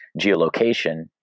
geolocation